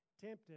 tempted